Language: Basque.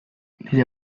nire